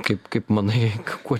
kaip kaip manai kuo